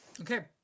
Okay